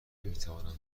نمیتوانیم